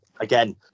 Again